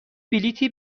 بلیطی